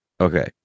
Okay